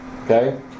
okay